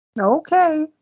Okay